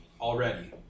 already